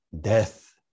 death